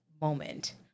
moment